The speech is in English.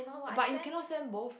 uh but you cannot send both